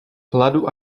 hladu